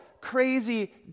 crazy